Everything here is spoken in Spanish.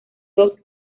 dos